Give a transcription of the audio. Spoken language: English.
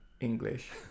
English